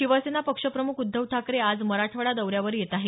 शिवसेना पक्षप्रमुख उद्धव ठाकरे आज मराठवाडा दौऱ्यावर येत आहेत